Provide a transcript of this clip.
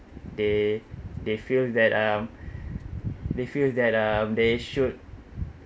they they feel that um they feel that um they should